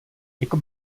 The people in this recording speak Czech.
jako